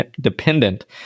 dependent